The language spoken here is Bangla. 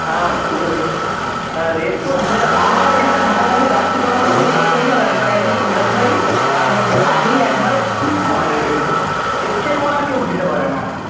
হ্যাঁ ফুলের হ্যাঁ রেট তো মানে আমার এখানে ধারে পাশে গারসিতলার মধ্যে যতগুলা ব্যবসায়ী আছে ফুল ব্যবসায়ী তার মধ্যে আমি একবারে খুব কমে রেট দিই এর চেয়ে কমে আর কেউ দিতে পারে না আর কি